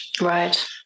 right